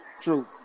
True